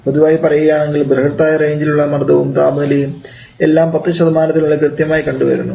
പൊതുവായി പറയുകയാണെങ്കിൽ ബ്രഹത്തായ റേഞ്ചിലുള്ള മർദവും താപനിലയും എല്ലാം 10 തിനുള്ളിൽ കൃത്യമായി കണ്ടു വരുന്നു